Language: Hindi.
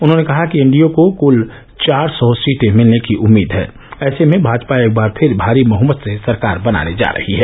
उन्होंने कहा कि एनडीए को कुल चार सौ सीटें मिलने की उम्मीद है ऐसे में भाजपा एक बार फिर भारी बहुमत से सरकार बनाने जा रही है